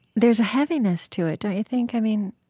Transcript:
there's a heaviness to it, don't you think? i mean,